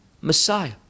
Messiah